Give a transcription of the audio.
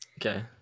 Okay